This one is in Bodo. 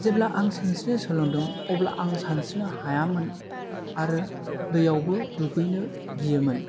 जेब्ला आं सानस्रिनो सोलोंदोंमोन अब्ला आं सानस्रिनो हायामोन आरो दैयावबो दुगैनो गियोमोन